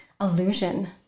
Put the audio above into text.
Illusion